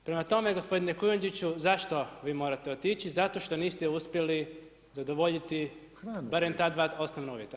Prema tome, gospodine Kujundžiću, zašto vi morate otići, zato što niste uspjeli zadovoljiti barem ta dva osnovna uvjeta.